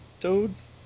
toads